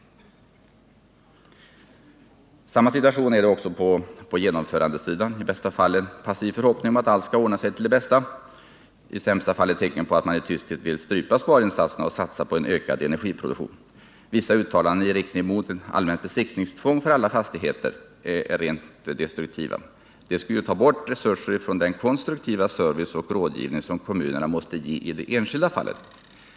Samma situation är det också på genomförandesidan: i bästa fall en passiv förhoppning att allt skall ordna sig till det bästa — i sämsta fall ett tecken på att man i tysthet vill strypa sparinsatserna och satsa på en ökad energiproduktion. Vissa uttalanden i riktning mot ett allmänt besiktningstvång för alla fastigheter är rent destruktiva — det skulle ta bort resurser från den konstruktiva service och rådgivning som kommunerna måste ge i det enskilda fallet.